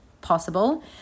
possible